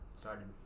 Started